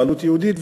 בעלות יהודית,